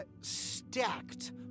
stacked